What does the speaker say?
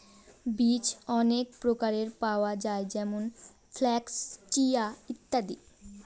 বীজ অনেক প্রকারের পাওয়া যায় যেমন ফ্লাক্স, চিয়া, ইত্যাদি